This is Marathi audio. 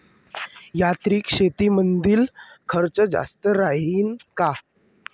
यांत्रिक शेतीमंदील खर्च जास्त राहीन का?